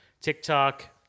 TikTok